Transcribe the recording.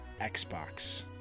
Xbox